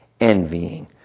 envying